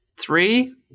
Three